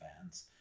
fans